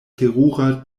terura